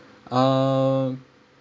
uh